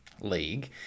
league